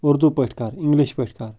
اُردو پٲٹھۍ کََر اِنگلِش پٲٹھۍ کَر